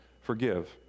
forgive